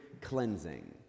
cleansing